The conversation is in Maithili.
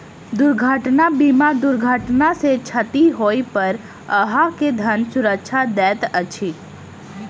दुर्घटना बीमा दुर्घटना सॅ क्षति होइ पर अहाँ के धन सुरक्षा दैत अछि